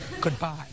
Goodbye